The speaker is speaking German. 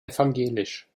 evangelisch